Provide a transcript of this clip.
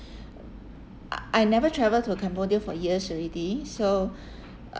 I I never travel to cambodia for years already so